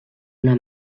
una